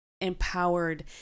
empowered